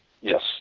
Yes